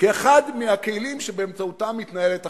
כאחד מהכלים שבאמצעותם מתנהלת החברה.